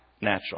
natural